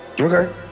Okay